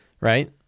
right